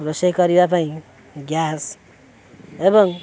ରୋଷେଇ କରିବା ପାଇଁ ଗ୍ୟାସ୍ ଏବଂ